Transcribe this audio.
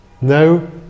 no